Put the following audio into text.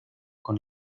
con